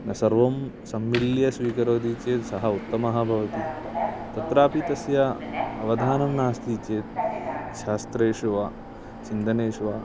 न सर्वं सम्मिल्य स्वीकरोति चेत् सः उत्तमः भवति तत्रापि तस्य अवधानं नास्ति चेत् शास्त्रेषु वा चिन्तनेषु वा